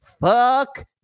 fuck